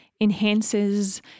enhances